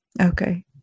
Okay